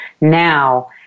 now